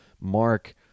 Mark